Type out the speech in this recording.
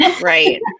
right